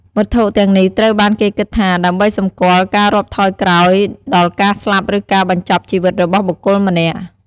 វត្ថុទាំងនេះត្រូវបានគេគិតថាដើម្បីសម្គាល់ការរាប់ថយក្រោយដល់ការស្លាប់ឬការបញ្ចប់ជីវិតរបស់បុគ្គលម្នាក់។